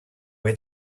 way